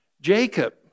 Jacob